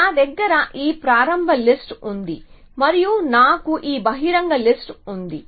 నా దగ్గర ఈ ప్రారంభ లిస్ట్ ఉంది మరియు నాకు ఈ బహిరంగ లిస్ట్ ఉంది